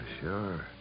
sure